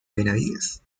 benavides